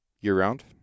year-round